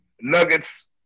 Nuggets